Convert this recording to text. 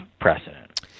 precedent